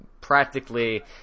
practically